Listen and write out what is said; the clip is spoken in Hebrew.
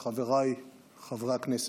חבריי חברי הכנסת,